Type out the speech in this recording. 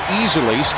easily